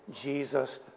Jesus